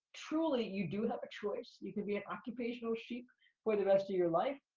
truly, you do have a choice. you can be an occupational sheep for the rest of your life,